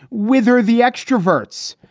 whether the extroverts.